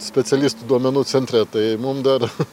specialistų duomenų centre tai mum dar